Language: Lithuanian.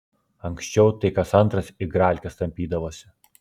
anksčiau tai kas antras igralkes tampydavosi